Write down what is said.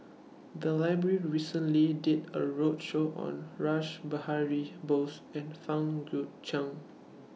The Library recently did A roadshow on Rash Behari Bose and Fang Guixiang